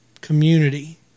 community